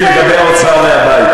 בעניין הוצאה מהבית,